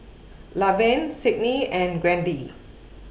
Lavelle Sydney and Grady